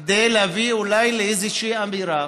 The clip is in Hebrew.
כדי להביא אולי לאיזושהי אמירה